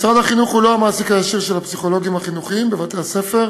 משרד החינוך הוא לא המעסיק הישיר של הפסיכולוגים החינוכיים בבתי-הספר,